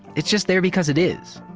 it's just there because it is,